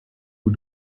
who